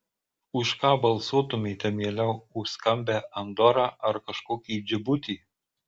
už ką balsuotumėte mieliau skambią andorą ar kažkokį džibutį